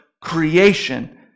creation